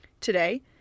Today